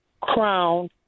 crown